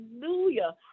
hallelujah